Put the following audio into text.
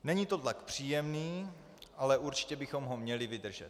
Není to tlak příjemný, ale určitě bychom ho měli vydržet.